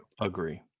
Agree